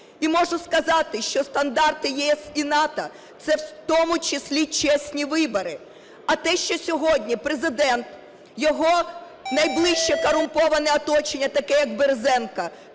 І можу сказати, що стандарти ЄС і НАТО – це в тому числі чесні вибори, а те, що сьогодні Президент, його найближче корумповане оточення, таке як Березенко,